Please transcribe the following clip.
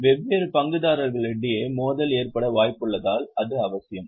வெவ்வேறு பங்குதாரர்களிடையே மோதல் ஏற்பட வாய்ப்புள்ளதால் இது அவசியம்